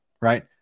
right